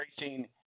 racing